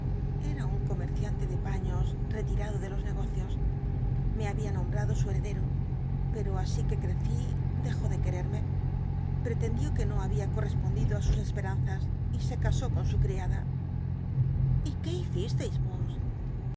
era un come ciante de paños retilado de los negocios me habia nombrado su heredero pero así que preci dejó de quererme pretendió que no babia coi'i'espondido l sus esperanzas y se casó con su criada y c ué hicisteis vos